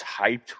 hyped